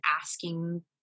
asking